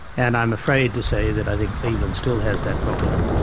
and i'm afraid to say that i think cleveland still has that problem.